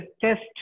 test